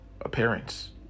Appearance